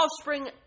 offspring